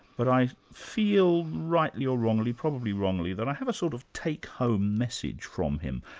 but i feel rightly or wrongly, probably wrongly, that i have a sort of take-home message from him,